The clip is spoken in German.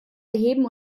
erheben